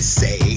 say